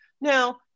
Now